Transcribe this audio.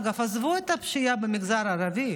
אגב, עזבו את הפשיעה במגזר הערבי,